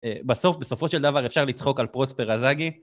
בסוף, בסופו של דבר אפשר לצחוק על פרוספר אזגי